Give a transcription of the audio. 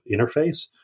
interface